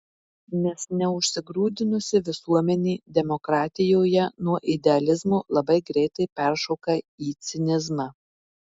nes neužsigrūdinusi visuomenė demokratijoje nuo idealizmo labai greitai peršoka į cinizmą